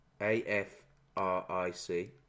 A-F-R-I-C